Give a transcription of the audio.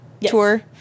tour